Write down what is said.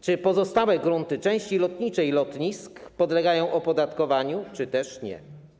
czy pozostałe grunty części lotniczej lotnisk podlegają opodatkowaniu, czy też nie.